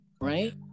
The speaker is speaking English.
right